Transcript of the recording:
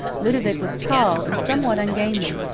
ludovic was tall and somewhat ungainly,